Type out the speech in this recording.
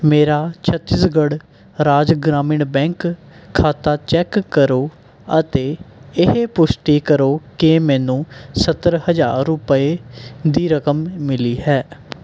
ਮੇਰਾ ਛੱਤੀਸਗੜ੍ਹ ਰਾਜ ਗ੍ਰਾਮੀਣ ਬੈਂਕ ਖਾਤਾ ਚੈੱਕ ਕਰੋ ਅਤੇ ਇਹ ਪੁਸ਼ਟੀ ਕਰੋ ਕਿ ਮੈਨੂੰ ਸੱਤਰ ਹਜ਼ਾਰ ਰੁਪਏ ਦੀ ਰਕਮ ਮਿਲੀ ਹੈ